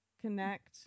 connect